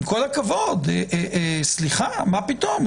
עם כל הכבוד, סליחה, מה פתאום?